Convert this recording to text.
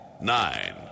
nine